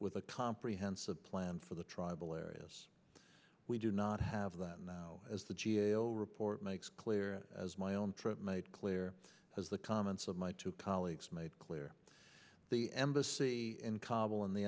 with a comprehensive plan for the tribal areas we do not have that now as the g a o report makes clear as my own made clear as the comments of my two colleagues made clear the embassy in kabul and the